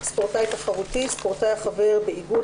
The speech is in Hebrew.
"ספורטאי תחרותי" ספורטאי החבר באיגוד